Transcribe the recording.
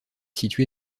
située